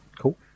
Cool